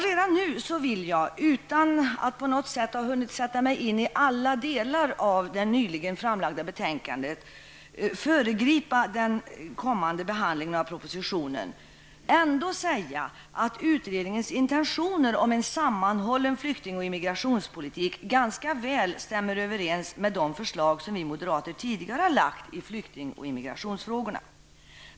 Redan nu vill jag emellertid säga -- utan att ha hunnit sätta mig in i alla delar av det nyligen framlagda betänkandet och utan att föregripa den kommande behandlingen av propositionen -- att utredningens intentioner om en sammanhållen flykting och immigrationspolitik ganska väl stämmer överens med de förslag som vi moderater tidigare lagt i flykting och immigrationsfrågorna.